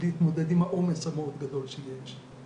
להתמודד עם העומס המאוד גדול שיש,